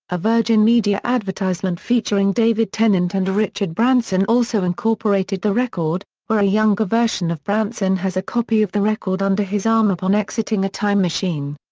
a virgin media advertisement featuring david tennant and richard branson also incorporated the record, where a younger version of branson has a copy of the record under his arm upon exiting a time machine.